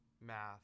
math